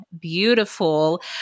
beautiful